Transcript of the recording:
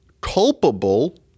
culpable